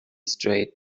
straight